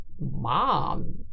mom